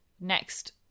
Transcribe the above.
next